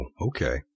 Okay